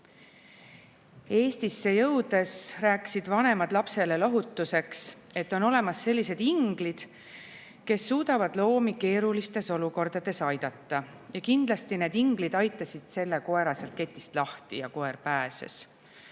Eestisse jõudes rääkisid vanemad lapsele lohutuseks, et on olemas sellised inglid, kes suudavad loomi keerulistes olukordades aidata, ja kindlasti need inglid aitasid selle koera ketist lahti ja koer pääses.